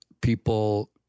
people